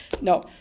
No